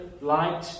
light